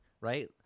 right